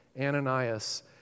Ananias